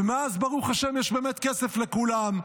ומאז, ברוך השם, באמת יש כסף לכולם.